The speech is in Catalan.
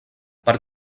per